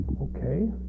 Okay